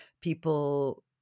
people